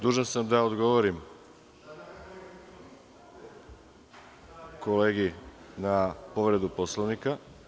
Dužan sam da odgovorim kolegi na povredu Poslovnika.